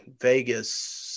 Vegas